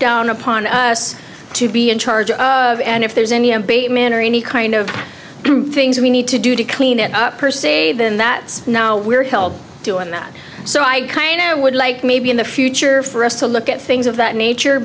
down upon us to be in charge of and if there's any update man or any kind of things we need to do to clean it up per se than that now we're held doing that so i kind of would like maybe in the future for us to look at things of that nature